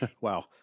Wow